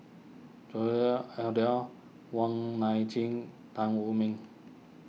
Wong Nai Chin Tan Wu Meng